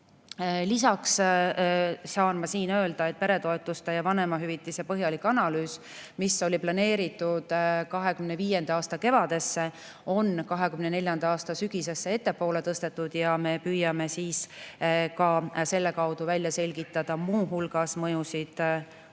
Lisaks saan ma siin öelda, et peretoetuste ja vanemahüvitise põhjalik analüüs, mis oli planeeritud 2025. aasta kevadesse, on 2024. aasta sügisesse, ettepoole, tõstetud. Me püüame selle kaudu välja selgitada muu hulgas mõju